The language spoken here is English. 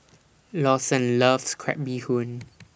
Lawson loves Crab Bee Hoon